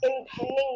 Impending